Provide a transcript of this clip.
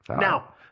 Now